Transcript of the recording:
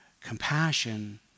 Compassion